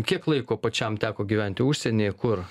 kiek laiko pačiam teko gyventi užsienyje kur